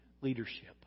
leadership